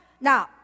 Now